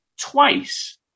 twice